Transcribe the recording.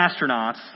astronauts